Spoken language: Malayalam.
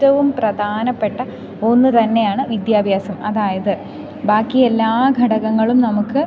ഏറ്റവും പ്രധാനപ്പെട്ട ഒന്നു തന്നെയാണ് വിദ്യാഭ്യാസം അതായത് ബാക്കി എല്ലാ ഘടകങ്ങളും നമുക്ക്